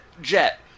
jet